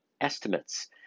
estimates